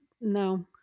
No